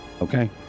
Okay